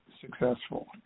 successful